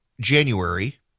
January